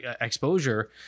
exposure